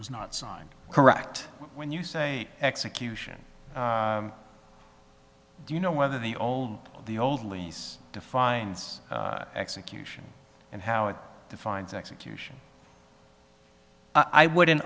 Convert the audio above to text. was not signed correct when you say execution do you know whether the old the old lease defines execution and how it defines execution i wouldn't